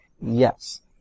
Yes